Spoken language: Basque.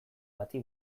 bati